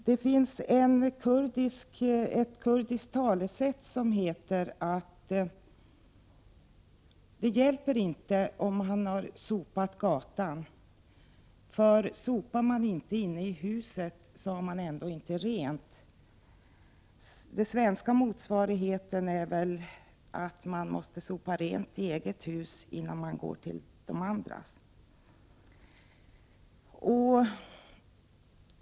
Det finns ett kurdiskt talesätt som heter: ”Det hjälper inte om man har sopat gatan, för sopar man inte inne i huset har man ändå inte rent.” Den svenska motsvarigheten är väl att man måste sopa rent i eget hus innan man går till de andras.